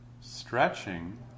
stretching